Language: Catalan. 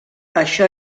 això